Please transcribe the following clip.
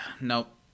Nope